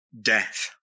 death